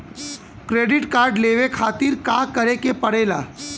Credit card लेवे खातिर का करे के पड़ेला?